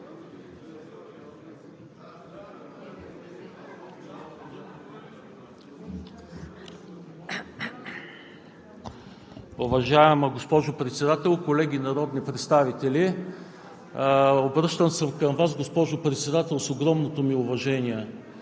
Уважаема госпожо Председател, колеги народни представители! Обръщам се към Вас, госпожо Председател, с огромното ми уважение